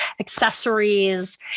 accessories